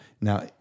Now